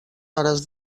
hores